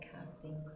Casting